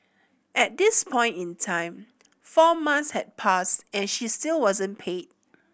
at this point in time four months had passed and she still wasn't paid